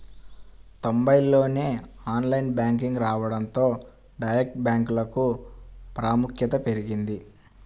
తొంబైల్లోనే online banking రావడంతో direct బ్యాంకులకు ప్రాముఖ్యత పెరిగింది